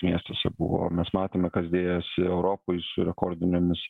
miestuose buvo mes matėme kas dėjosi europoj su rekordinėmis